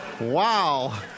Wow